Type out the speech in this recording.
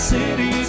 City